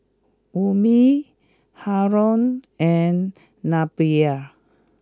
Ummi Haron and Nabila